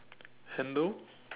handle